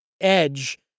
edge